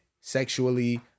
sexually